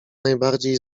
najbardziej